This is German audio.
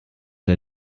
der